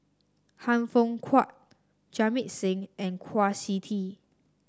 Han Fook Kwang Jamit Singh and Kwa Siew Tee